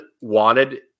wanted